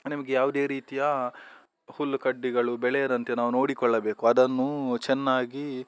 ನಿಮಗೆ ಯಾವುದೇ ರೀತಿಯ ಹುಲ್ಲುಕಡ್ಡಿಗಳು ಬೆಳೆಯದಂತೆ ನಾವು ನೋಡಿಕೊಳ್ಳಬೇಕು ಅದನ್ನು ಚೆನ್ನಾಗಿ